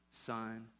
Son